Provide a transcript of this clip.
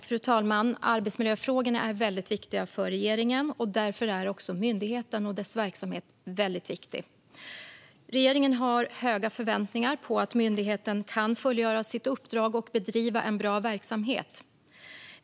Fru talman! Arbetsmiljöfrågorna är väldigt viktiga för regeringen. Därför är också myndigheten och dess verksamhet viktiga. Regeringen har höga förväntningar på att myndigheten kan fullgöra sitt uppdrag och bedriva en bra verksamhet.